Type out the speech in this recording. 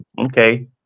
okay